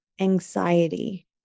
anxiety